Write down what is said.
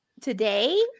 today